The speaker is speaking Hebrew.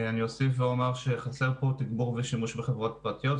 אני אוסיף ואומר שחסר פה תגבור ושימוש בחברות פרטיות.